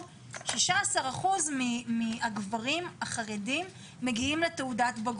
16% מהגברים החרדים מגיעים לתעודת בגרות,